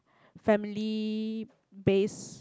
family base